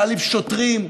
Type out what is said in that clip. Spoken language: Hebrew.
להעליב שוטרים,